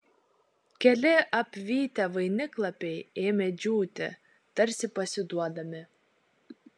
keli apvytę vainiklapiai ėmė džiūti tarsi pasiduodami